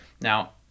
Now